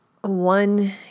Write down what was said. One